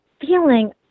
feeling